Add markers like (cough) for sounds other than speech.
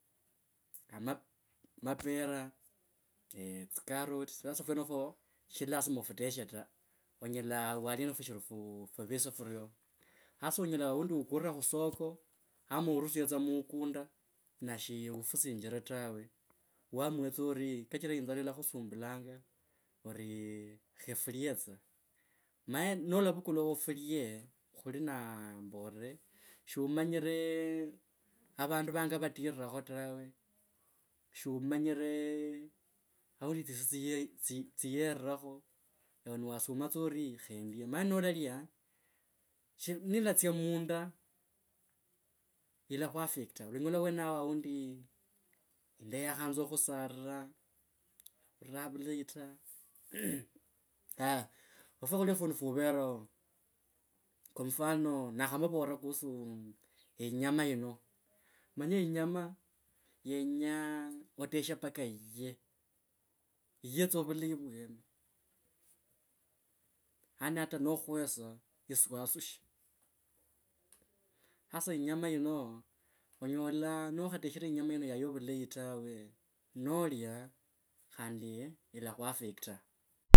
Ama, mapera (hesitation) tsicarrot sasa fwenofa shili lasima ofuteshe ta onyela waalia nifushiri fuvisi sasa onyela aundi okulire khusaka ama urusie tsa mukunda nashi ufusinjire tawe waamue tsa ori kachira inzala ilakhusumbulanga orii khefulie tsa. Maye lwa olavukula ofulie khuli na, nilatsya munda ilakhwafecta olonyola wenao aundi yinda yakhanza khukhusalira oura vulahi ta aah ofwakhulia fundi fuvere kwa mfano nakhavavora kuhusu inyama yino omanye yinyama yenya oteshe mpka eiye iye tsa vulayi vwne, yaani hata nokhwesa eswasushe hasa yinyama yino onyola nokhateshre yinyama yino yaya vulayi tawe noliokhandi ilakhwafecta.